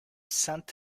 sent